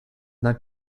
not